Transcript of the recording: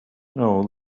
know